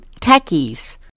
techies